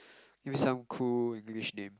give me some cool English name